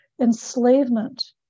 Enslavement